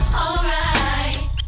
alright